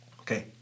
Okay